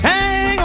Hang